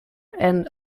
and